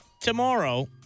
tomorrow